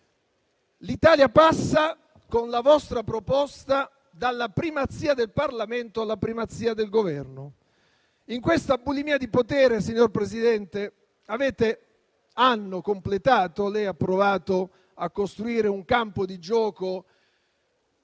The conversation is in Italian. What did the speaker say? L'Italia passa, con la vostra proposta, dalla primazia del Parlamento alla primazia del Governo. In questa bulimia di potere, signor Presidente, lei ha provato a costruire un campo di gioco